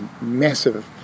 massive